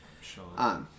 Sure